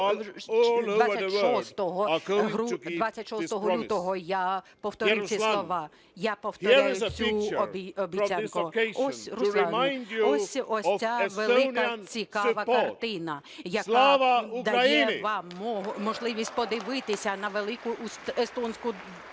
ці слова, я повторюю цю обіцянку. Ось, Руслан, ось ця велика цікава картина, яка дає вам можливість подивитися на велику естонську